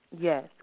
Yes